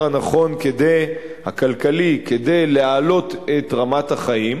הכלכלי הנכון כדי להעלות את רמת החיים,